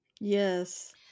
Yes